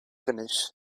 finish